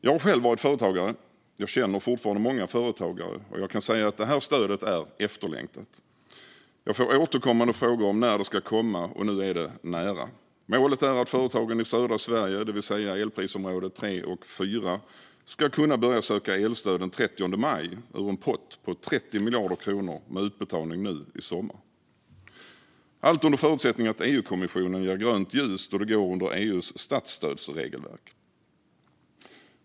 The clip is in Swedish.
Jag har själv varit företagare och känner fortfarande många företagare, och jag kan säga att stödet är efterlängtat. Jag får återkommande frågor om när det ska komma, och nu är det nära. Målet är att företagen i södra Sverige, det vill säga elprisområde 3 och 4, ska kunna börja söka elstöd den 30 maj, ur en pott på 30 miljarder kronor med utbetalning nu i sommar - allt under förutsättning att EU-kommissionen ger grönt ljus då detta faller under EU:s statsstödsregelverk.